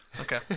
Okay